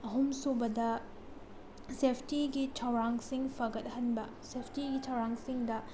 ꯑꯍꯨꯝꯁꯨꯕꯗ ꯁꯦꯐꯇꯤꯒꯤ ꯊꯧꯔꯥꯡꯁꯤꯡ ꯐꯒꯠꯍꯟꯕ ꯁꯦꯐꯇꯤꯒꯤ ꯊꯧꯔꯥꯡꯁꯤꯡꯗ